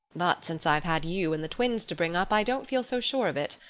but since i've had you and the twins to bring up i don't feel so sure of it.